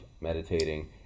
meditating